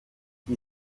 die